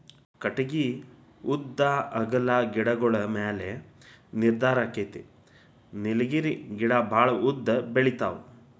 ಕಟಗಿ ಉದ್ದಾ ಅಗಲಾ ಗಿಡಗೋಳ ಮ್ಯಾಲ ನಿರ್ಧಾರಕ್ಕತಿ ನೇಲಗಿರಿ ಗಿಡಾ ಬಾಳ ಉದ್ದ ಬೆಳಿತಾವ